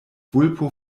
vulpo